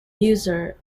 user